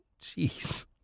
jeez